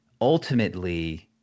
ultimately—